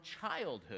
childhood